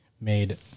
made